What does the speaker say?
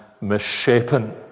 misshapen